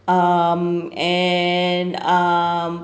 um and um